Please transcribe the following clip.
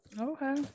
okay